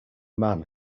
man